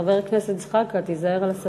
רגע זיכרון לדמוקרטיה.